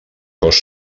cos